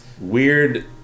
weird